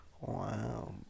Wow